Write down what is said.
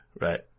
right